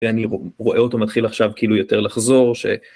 ואני רואה אותו מתחיל עכשיו כאילו יותר לחזור ש...